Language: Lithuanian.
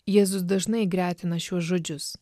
jėzus dažnai gretina šiuos žodžius